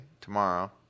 tomorrow